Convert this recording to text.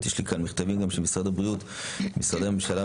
יש לי כאן מכתבים גם של משרד הבריאות ומשרדי הממשלה,